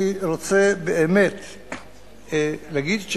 אני רוצה באמת להגיד,